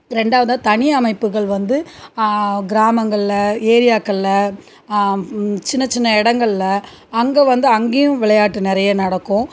ரெண்டாவதாக தனி அமைப்புகள் வந்து கிராமங்களில் ஏரியாக்களில் சின்ன சின்ன இடங்கள்ல அங்கே வந்து அங்கேயும் விளையாட்டு நிறைய நடக்கும்